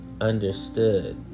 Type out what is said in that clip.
understood